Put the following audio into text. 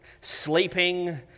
sleeping